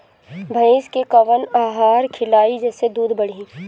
भइस के कवन आहार खिलाई जेसे दूध बढ़ी?